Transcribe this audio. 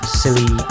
silly